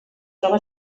troba